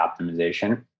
optimization